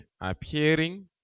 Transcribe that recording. appearing